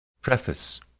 Preface